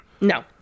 no